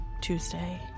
Tuesday